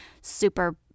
super